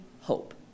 hope